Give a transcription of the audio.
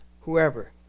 whoever